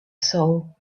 soul